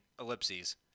ellipses